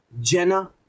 Jenna